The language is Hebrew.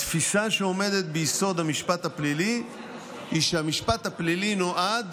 התפיסה שעומדת ביסוד המשפט הפלילי היא שהמשפט הפלילי נועד